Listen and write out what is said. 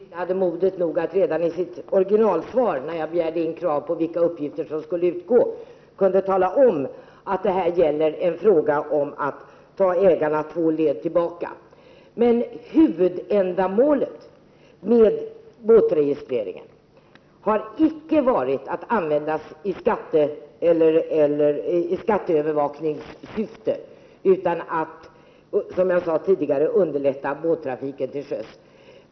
Herr talman! Jag beklagar att statsrådet inte hade mod nog att redan i sitt ursprungliga svar på min fråga — där jag begärde att få veta vilka uppgifter som skulle ingå — tala om att det gäller att ta med uppgift om tidigare ägare två led tillbaka. Men huvudsyftet med båtregistreringen har inte varit ett skatteövervakningssyfte utan det har varit att, som jag sade tidigare, underlätta båttrafiken till sjöss.